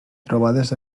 trobades